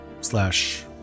slash